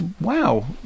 wow